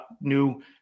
new